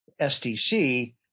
SDC